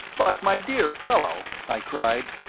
but, my dear fellow, i cried,